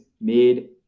made